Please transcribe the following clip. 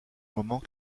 moment